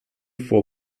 for